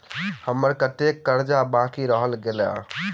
हम्मर कत्तेक कर्जा बाकी रहल गेलइ?